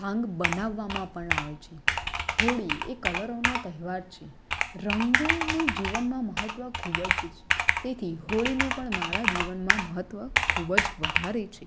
ભાંગ બનાવવામાં પણ આવે છે હોળી એ કલરોનો તહેવાર છે રંગોનું જીવનમાં મહત્વ ખૂબ જ છે તેથી હોળીનું પણ મારા જીવનમાં મહત્ત્વ ખૂબ જ વધારે છે